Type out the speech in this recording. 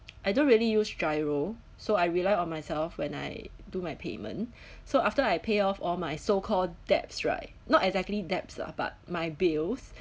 I don't really use GIRO so I rely on myself when I do my payment so after I pay off all my so-called debts right not exactly debts lah but my bills